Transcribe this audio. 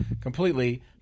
completely